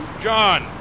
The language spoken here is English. John